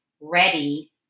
ready